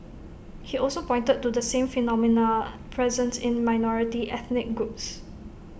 he also pointed to the same phenomena present in minority ethnic groups